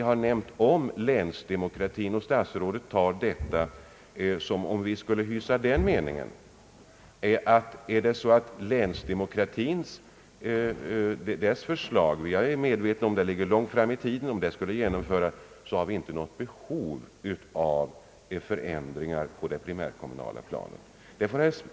Herr statsrådet tycks uppfatta vår hänvisning till länsdemokratiutredningen — vars förslag jag är medveten om ligger långt i framtiden — som att vi inte önskar några primärkommunala ändringar förrän dess förslag framlagts.